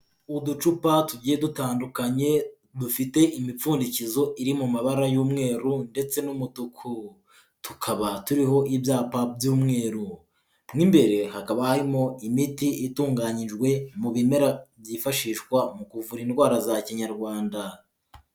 Uducupa tugiye dutandukanye dufite imipfundikizo iri mu mabara y'umweru ndetse n'umutuku, tukaba turiho ibyapa by'umweru, mo imbere hakaba harimo imiti itunganyijwe mu bimera byifashishwa mu kuvura indwara za Kinyarwanda.